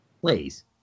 Please